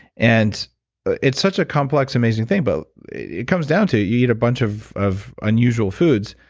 and it's such a complex, amazing thing but it comes down to you eat a bunch of of unusual foods,